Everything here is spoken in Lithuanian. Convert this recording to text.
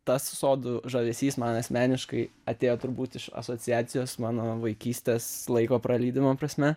tas sodų žavesys man asmeniškai atėjo turbūt iš asociacijos mano vaikystės laiko praleidimo prasme